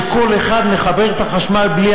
שכל אחד מחבר את המים בלי